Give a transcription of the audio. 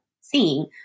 seeing